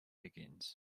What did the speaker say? begins